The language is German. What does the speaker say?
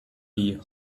wie